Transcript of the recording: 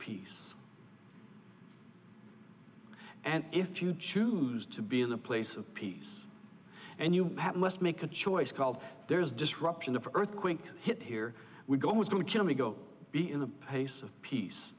peace and if you choose to be in a place of peace and you must make a choice called there is disruption of earthquake hit here we go is to kill me go be in a pace of peace